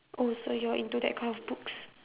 oh so you're into that kind of books